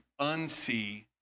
unsee